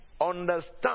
understand